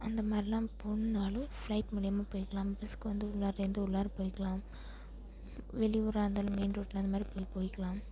அந்த மாதிரிலாம் போகணும்னாலும் ஃப்ளைட் மூலியம்மாக போயிக்கலாம் ரிஸ்க்கு வந்து உள்ளாரே இருந்து உள்ளார போயிக்கலாம் வெளி ஊராக இருந்தாலுமே மெயின் ரோட்டில் அந்தமாரி போயிக்கலாம்